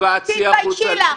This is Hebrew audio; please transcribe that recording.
תתביישי לך.